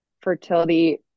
fertility